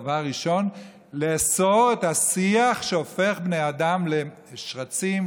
דבר ראשון יש לאסור את השיח שהופך בני אדם לשרצים,